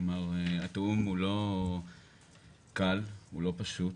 כלומר, התיאום הוא לא קל, הוא לא פשוט.